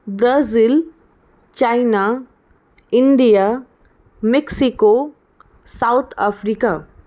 Brazil China India Mexico South Africa